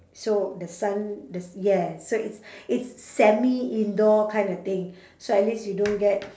so the sun the s~ yeah so it's it's semi indoor kind of thing so at least you don't get